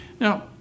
Now